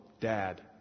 dad